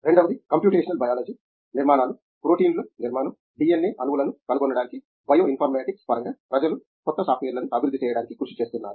రెండవది computational biology నిర్మాణాలు ప్రోటీన్ల నిర్మాణం DNA అణువులను కనుగొనడానికి బయోఇన్ఫర్మేటిక్స్ పరంగా ప్రజలు కొత్త సాఫ్ట్వేర్లను అభివృద్ధి చేయడానికి కృషి చేస్తున్నారు